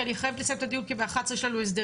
כי אני חייבת לסיים את הדיון כי ב-11:00 יש לנו הסדרים,